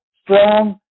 strong